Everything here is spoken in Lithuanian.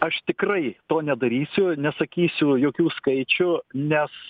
aš tikrai to nedarysiu nesakysiu jokių skaičių nes